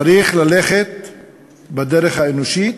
צריך ללכת בדרך האנושית,